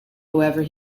however